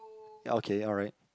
okay alright